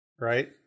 Right